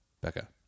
Becca